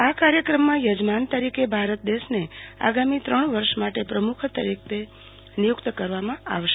આ કાર્યક્રમમાં યજમાન તરીકે ભારત દેશને આગામી ત્રણ વર્ષ માટે પ્રમુખ તરીકે નિયુક્ત કરવામાં આવશે